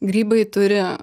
grybai turi